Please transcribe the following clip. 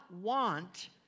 want